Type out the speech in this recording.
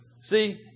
See